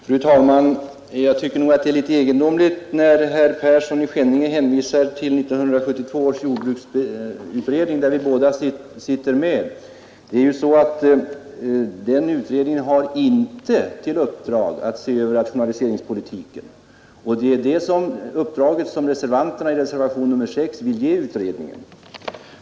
Fru talman! Jag tycker att det är litet egendomligt att herr Persson i Skänninge hänvisar till 1972 års jordbruksutredning som vi båda tillhör. Den utredningen har inte i uppdrag att se över rationaliseringspolitiken, och det är det uppdraget som de ledamöter som står bakom reservationen 6 vill ge utredningen.